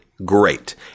great